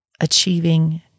achieving